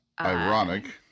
Ironic